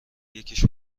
یکیش